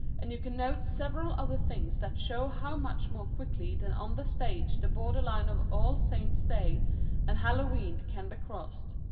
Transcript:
and you can note several other things that show how much more quickly than on the stage the borderline of all saints' day and hallowe'en can be crossed.